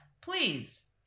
please